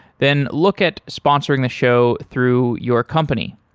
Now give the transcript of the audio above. then look at sponsoring the show through your company.